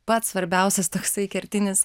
pats svarbiausias toksai kertinis